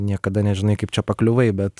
niekada nežinai kaip čia pakliuvai bet